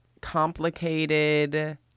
complicated